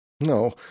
No